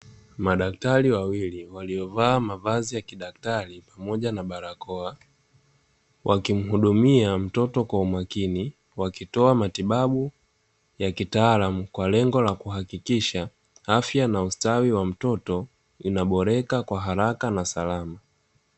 Madaktari wawili, waliovalia mavazi ya kidaktari pamoja na barakoa, wakimuhudumia mtoto kwa umakini, wakitoa matibabu ya kitaalamu kwa lengo la kuhakiksha afya ya ustawi wa mtoto inaboreka kwa haraka na salama.